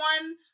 one